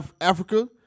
Africa